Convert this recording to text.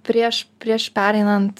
prieš prieš pereinant